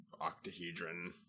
octahedron